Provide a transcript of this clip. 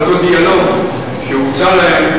לאותו דיאלוג שהוצע להם,